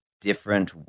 different